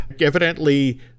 evidently